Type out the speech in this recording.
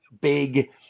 big